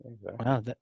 Wow